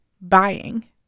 buying